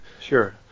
sure